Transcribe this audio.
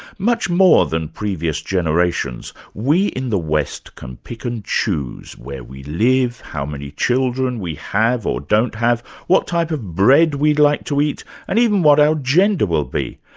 much more than previous generations, we in the west can pick and choose where we live, how many children we have, or don't have, what type of bread we'd like to eat and even what our gender will be.